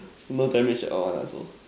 no damage at all one lah so